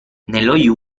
nello